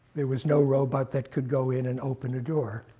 there was no robot that could go in and open a door.